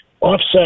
offset